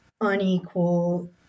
unequal